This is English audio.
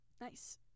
Nice